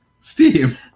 steam